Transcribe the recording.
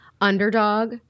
underdog